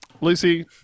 Lucy